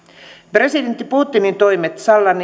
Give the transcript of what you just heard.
presidentti putinin toimet sallan